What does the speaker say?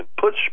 push